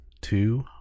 two